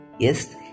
Yes